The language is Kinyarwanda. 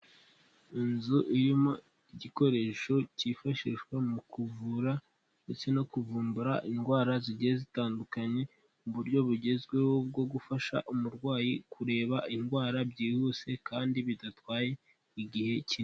Inzu irimo igikoresho cyifashishwa mu kuvura ndetse no kuvumbura indwara zigiye zitandukanye mu buryo bugezweho bwo gufasha umurwayi kureba indwara byihuse kandi bidatwaye igihe kinini.